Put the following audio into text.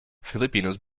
filipinos